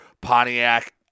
Pontiac